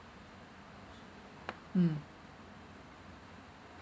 mm